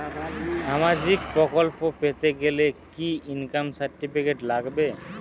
সামাজীক প্রকল্প পেতে গেলে কি ইনকাম সার্টিফিকেট লাগবে?